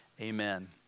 Amen